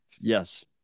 yes